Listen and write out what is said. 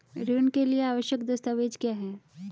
ऋण के लिए आवश्यक दस्तावेज क्या हैं?